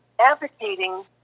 advocating